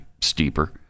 steeper